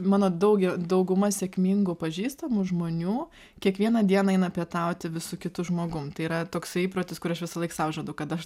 mano daugia dauguma sėkmingų pažįstamų žmonių kiekvieną dieną eina pietauti vis su kitu žmogum tai yra toksai įprotis kurį aš visąlaik sau žadu kad aš